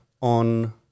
on